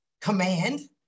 command